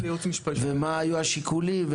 מה היו השיקולים,